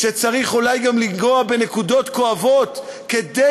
שצריך אולי גם לנגוע בנקודות כואבות כדי